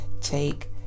take